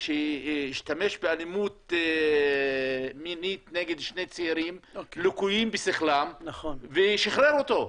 שהשתמש באלימות מינית נגד שני צעירים לקויים בשכלם ושיחרר אותו.